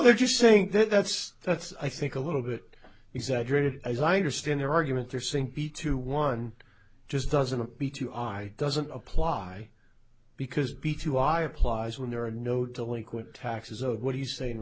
they're just saying that that's that's i think a little bit exaggerated as i understand their argument there seem to be two one just doesn't appeal to i doesn't apply because b to i applies when there are no delinquent taxes owed what he's saying